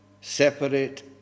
separate